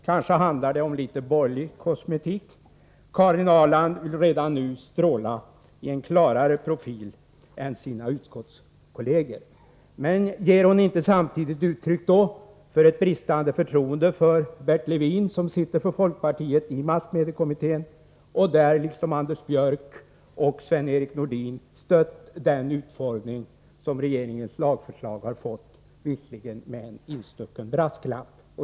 Kanske handlar det om litet borgerlig kosmetik — Karin Ahrland vill redan nu stråla i en klarare profil än sina utskottskolleger. Men ger hon inte då samtidigt uttryck för bristande förtroende för Bert Levin, som företräder folkpartiet i massmediekommittén och där, liksom Anders Björck och Sven-Erik Nordin, har stött den utformning som regeringens lagförslag har fått — visserligen med en instucken brasklapp?